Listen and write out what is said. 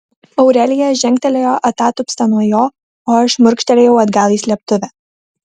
aurelija žengtelėjo atatupsta nuo jo o aš šmurkštelėjau atgal į slėptuvę